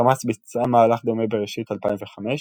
חמאס ביצעה מהלך דומה בראשית 2005,